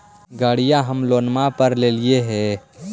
गाड़ी हम लोनवे पर लेलिऐ हे?